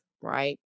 Right